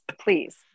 please